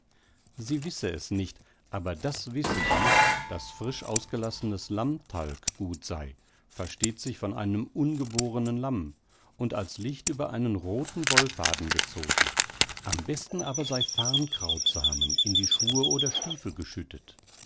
sie wisse es nicht aber das wisse sie daß frisch ausgelassenes lamm talg gut sei versteht sich von einem ungeborenen lamm und als licht über einen rothen wollfaden gezogen am besten aber sei farrnkrautsamen in die schuhe oder stiefel geschüttet